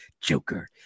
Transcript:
joker